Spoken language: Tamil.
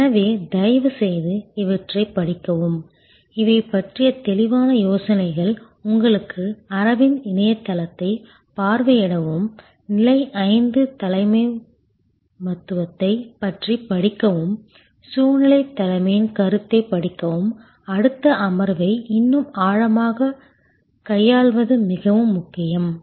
எனவே தயவு செய்து இவற்றைப் படிக்கவும் இவை பற்றிய தெளிவான யோசனைகள் உங்களுக்கு அரவிந்த் இணையதளத்தைப் பார்வையிடவும் நிலை 5 தலைமைத்துவத்தைப் பற்றிப் படிக்கவும் சூழ்நிலைத் தலைமையின் கருத்தைப் படிக்கவும் அடுத்த அமர்வை இன்னும் ஆழமாக கையாள்வது மிகவும் முக்கியம்